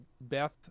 Beth